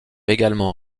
également